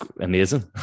amazing